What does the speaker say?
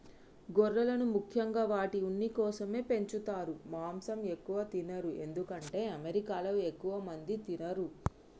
గొర్రెలను ముఖ్యంగా వాటి ఉన్ని కోసమే పెంచుతారు మాంసం ఎక్కువ తినరు ఎందుకంటే అమెరికాలో ఎక్కువ మంది తినరు